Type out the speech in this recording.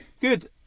good